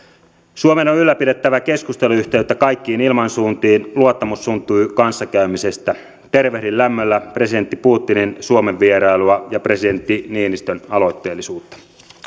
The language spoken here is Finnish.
suomen on ylläpidettävä keskusteluyhteyttä kaikkiin ilmansuuntiin luottamus syntyy kanssakäymisestä tervehdin lämmöllä presidentti putinin suomen vierailua ja presidentti niinistön aloitteellisuutta